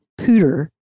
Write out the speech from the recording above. pooter